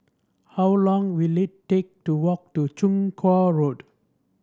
how long will it take to walk to Chong Kuo Road